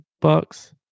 Bucks